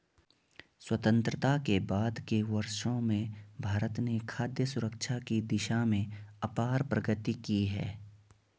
स्वतंत्रता के बाद के वर्षों में भारत ने खाद्य सुरक्षा की दिशा में अपार प्रगति की है